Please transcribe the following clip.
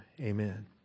Amen